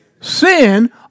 Sin